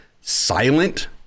silent